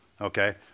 okay